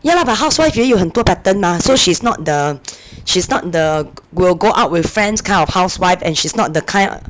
ya lah but housewife 也有很多 pattern mah so she's not the she's not the will go out with friends kind of housewife and she's not the kind